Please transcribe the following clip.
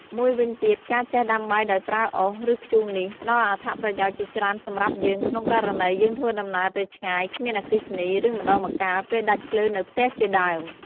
មួយវិញទៀត ការចេះដាំបាយដោយប្រើអុស ឬធ្យូងនេះ ផ្ដល់អត្ថប្រយោជន៍ជាច្រើនសម្រាប់យើង ក្នុងករណី យើងធ្វើដំណើរទៅឆ្ងាយ គ្មានអគ្គីសនី ឬ ម្ដងម្កាលពេលដាច់ភ្លើងនៅផ្ទះជាដើម។